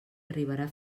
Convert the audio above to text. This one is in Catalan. arribarà